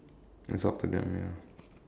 it's up to them ya